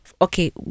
Okay